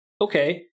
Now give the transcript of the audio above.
okay